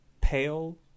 pale